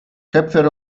köpfe